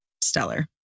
stellar